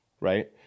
right